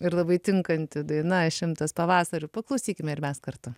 ir labai tinkanti daina šimtas pavasarių paklausykime ir mes kartu